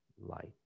light